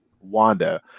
Wanda